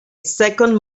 second